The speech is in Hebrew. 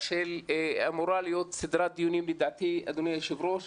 אמורה להיות סדרת דיונים, לדעתי, אדוני היושב-ראש.